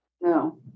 No